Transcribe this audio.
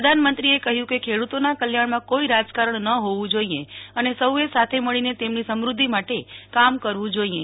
પ્રધાનમંત્રીએ કહયું ક ખેડૂતોના કલ્યાણમાં કોઈ રાજકારણ ન હોવું જોઈએ અને સૌ એ સાથે મ ળીને તેમની સમધ્ધિ માટે કામ કરવું જોઈએ